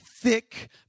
Thick